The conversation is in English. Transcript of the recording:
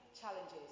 challenges